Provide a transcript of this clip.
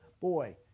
boy